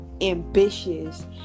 ambitious